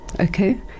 Okay